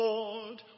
Lord